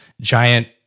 giant